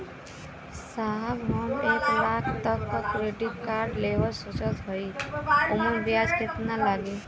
साहब हम एक लाख तक क क्रेडिट कार्ड लेवल सोचत हई ओमन ब्याज कितना लागि?